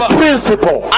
principle